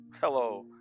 Hello